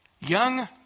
Young